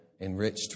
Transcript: enriched